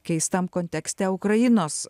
keistam kontekste ukrainos